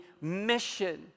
mission